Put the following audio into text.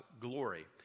glory